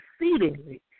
exceedingly